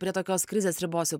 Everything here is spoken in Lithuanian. prie tokios krizės ribos jau